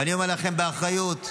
ואני אומר לכם באחריות,